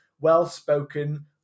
well-spoken